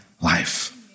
life